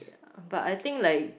but I think like